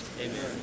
amen